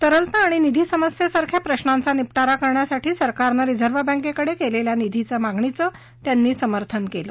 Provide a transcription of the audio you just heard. तरलता आणि निधी समस्येसारख्या प्रशांचा निपटारा करण्यासाठी सरकानं रिझव्ह बँकेकडे केलेल्या निधीच्या मागणीचं त्यांनी समर्थन केलं